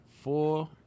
Four